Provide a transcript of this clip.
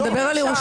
מפני סתירה אליו.